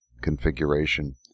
configuration